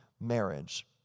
marriage